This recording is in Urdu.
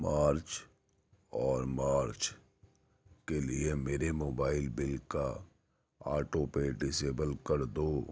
مارچ اور مارچ کے لیے میرے موبائل بل کا آٹو پے ڈسیبل کر دو